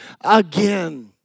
again